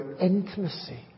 intimacy